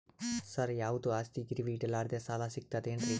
ಸರ, ಯಾವುದು ಆಸ್ತಿ ಗಿರವಿ ಇಡಲಾರದೆ ಸಾಲಾ ಸಿಗ್ತದೇನ್ರಿ?